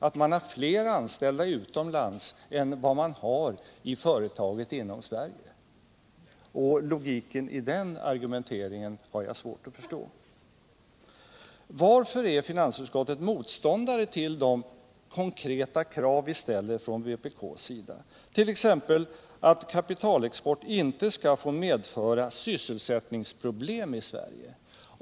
att man har fler anställda utomlands än i företaget i Nr 138 Sverige. Logiken i den argumenteringen har jag svårt att förstå. Onsdagen den Varför är finansutskottet motståndare till de konkreta krav vi ställer från 10 maj 1978 vpk:s sida, t.ex. att kapitalexport inte skall få medföra sysselsättningsproblem i Sverige?